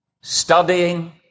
studying